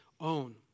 own